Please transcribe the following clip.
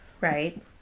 Right